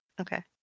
Okay